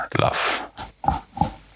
love